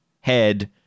head